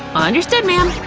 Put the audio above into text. understood, ma'am!